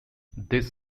this